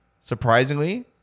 surprisingly